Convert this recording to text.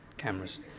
cameras